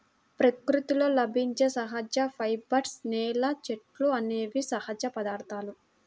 ప్రకృతిలో లభించే సహజ ఫైబర్స్, నేల, చెట్లు అనేవి సహజ పదార్థాలు